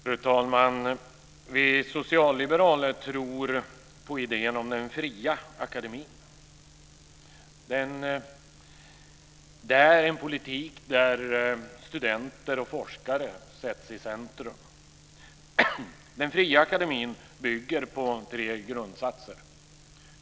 Fru talman! Vi socialliberaler tror på idén om den fria akademin. Det är en politik där studenter och forskare sätts i centrum. Den fria akademin bygger på tre grundsatser.